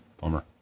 Bummer